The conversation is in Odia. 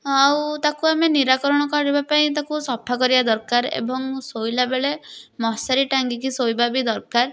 ଆଉ ତାକୁ ଆମେ ନିରାକରଣ କରିବାପାଇଁ ତାକୁ ସଫାକରିବା ଦରକାର ଏବଂ ଶୋଇଲା ବେଳେ ମଶାରୀ ଟାଙ୍ଗିକି ଶୋଇବା ବି ଦରକାର